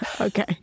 okay